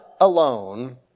alone